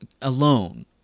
alone